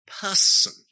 person